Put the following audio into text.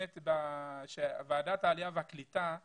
שוועדת העלייה והקליטה היא